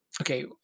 okay